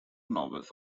novels